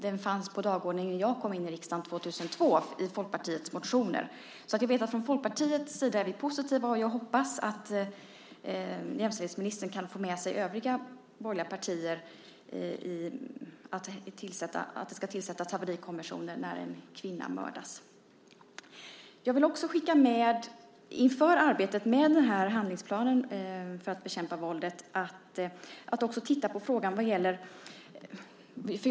Den fanns på dagordningen i Folkpartiets motioner när jag kom in i riksdagen 2002. Jag vet att vi i Folkpartiet är positiva, och jag hoppas att jämställdhetsministern kan få med sig övriga borgerliga partier när det gäller att det ska tillsättas en haverikommission när en kvinna mördas. Inför arbetet med handlingsplanen för att bekämpa våldet vill jag också skicka med att man ska titta på ytterligare en viktig fråga.